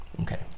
Okay